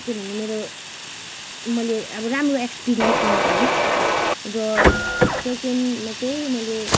के भन्नु मेरो मैले अब राम्रो एक्सपिरियन्स गर्नु पाएँ र सेकेन्डमा चाहिँ मैले